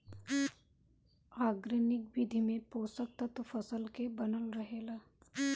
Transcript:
organic विधि में पोषक तत्व फसल के बनल रहेला